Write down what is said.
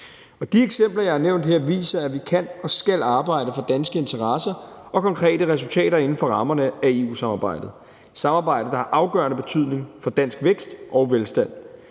De eksempler, jeg har nævnt her, viser, at vi kan og skal arbejde for danske interesser og konkrete resultater inden for rammerne af EU-samarbejdet – et samarbejde, der har afgørende betydning for dansk vækst og velstand.